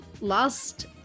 last